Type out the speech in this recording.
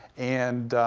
and